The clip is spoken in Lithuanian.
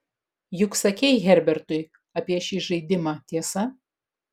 juk sakei herbertui apie šį žaidimą tiesa